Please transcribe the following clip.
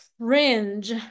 cringe